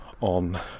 on